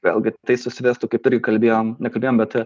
vėlgi tai susivestų kaip irgi kalbėjom nekalbėjome bet